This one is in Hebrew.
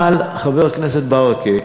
אבל, חבר הכנסת ברכה,